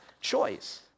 choice